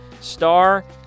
star